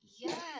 Yes